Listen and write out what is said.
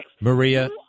maria